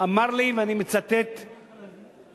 אמר לי, ואני מצטט, אפשר?